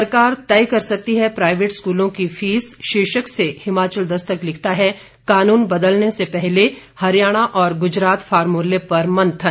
सरकार तय कर सकती है प्राइवेट स्कूलों की फीस शीर्षक से हिमाचल दस्तक लिखता है कानून बदलने से पहले हरियाणा और गुजरात फॉर्मुले पर मंथन